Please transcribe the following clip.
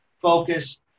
focus